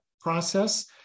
process